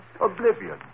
oblivion